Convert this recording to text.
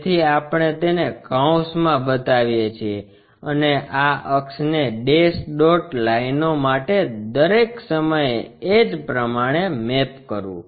તેથી આપણે તેને કૌંસમાં બતાવીએ છીએ અને આ અક્ષને ડેશ ડોટ લાઇનો માટે દરેક સમયે એ જ પ્રમાણે મેપ કરવું